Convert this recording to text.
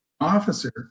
officer